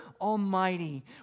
Almighty